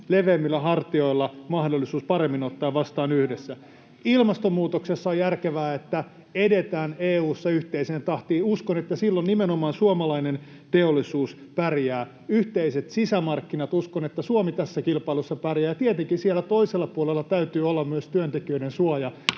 leveämmillä hartioilla mahdollisuus paremmin ottaa vastaan, yhdessä. Ilmastonmuutoksessa on järkevää, että edetään EU:ssa yhteiseen tahtiin. Uskon, että silloin nimenomaan suomalainen teollisuus pärjää. Yhteiset sisämarkkinat: Uskon, että Suomi tässä kilpailussa pärjää, ja tietenkin siellä toisella puolella täytyy olla myös työntekijöiden suoja.